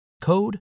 code